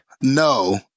no